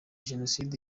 jenoside